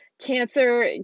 Cancer